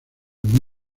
muy